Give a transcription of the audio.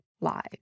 live